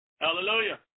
Hallelujah